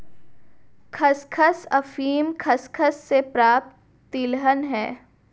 खसखस अफीम खसखस से प्राप्त तिलहन है